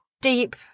deep